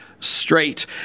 straight